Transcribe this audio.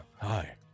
Hi